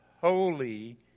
holy